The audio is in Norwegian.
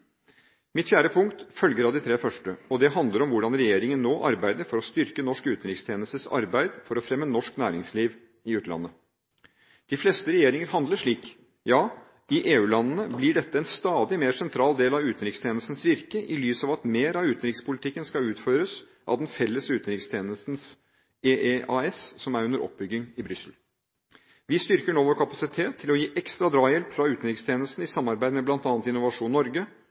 Mitt fjerde punkt følger av de tre første, og det handler om hvordan regjeringen nå arbeider for å styrke norsk utenrikstjenestes arbeid for å fremme norsk næringsliv i utlandet. De fleste regjeringer handler slik – ja, i EU-landene blir dette en stadig mer sentral del av utenrikstjenestens virke i lys av at mer av utenrikspolitikken skal utføres av den felles utenrikstjenesten EEAS som er under oppbygging i Brussel. Vi styrker nå vår kapasitet til å gi ekstra drahjelp fra utenrikstjenesten, i samarbeid med bl.a. Innovasjon Norge,